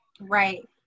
Right